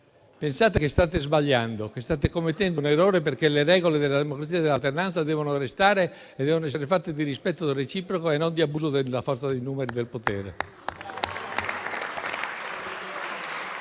pensate che state sbagliando, che state commettendo un errore, perché le regole della democrazia e dell'alternanza devono restare e devono essere fatte di rispetto reciproco e non di abuso della forza dei numeri e del potere.